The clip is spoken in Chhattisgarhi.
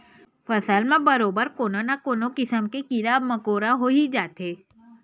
फसल म बरोबर कोनो न कोनो किसम के कीरा मकोरा होई जाथे